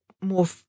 more